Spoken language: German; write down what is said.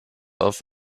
auf